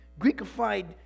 Greekified